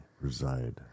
reside